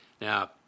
Now